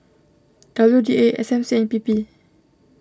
W D A S M C and P P